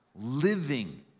living